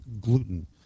gluten